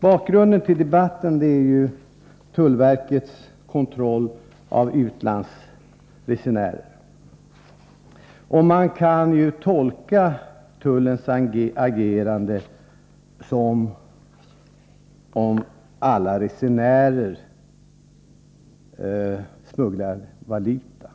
Bakgrunden till debatten är tullverkets kontroll av utlandsresenärer. Man kan tolka tullens agerande så att alla resenärer smugglar valuta.